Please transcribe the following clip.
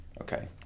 Okay